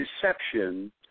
deception